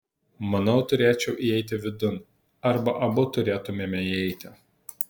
manau turėčiau įeiti vidun arba abu turėtumėme įeiti